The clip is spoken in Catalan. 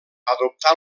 adoptà